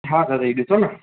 हा करे ॾिसो न